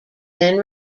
then